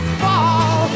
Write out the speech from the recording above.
fall